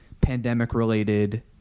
pandemic-related